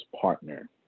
partner